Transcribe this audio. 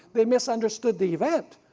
they misunderstood the event,